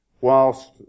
Whilst